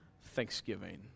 thanksgiving